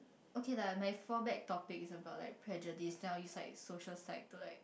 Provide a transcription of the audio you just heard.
okay lah my fall back topic is about like prejudice then I will use like social psych to like